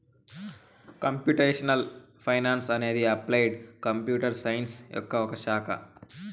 computational finance అనేది applied computer science యొక్క ఒక శాఖ